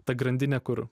ta grandinė kur